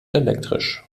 elektrisch